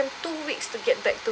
two weeks to get back to